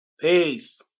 Peace